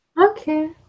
Okay